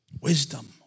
Wisdom